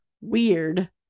weird